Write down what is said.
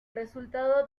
resultado